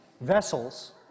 vessels